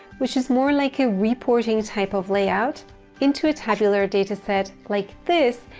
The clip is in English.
which is more like a reporting type of layout into a tabular data set like this,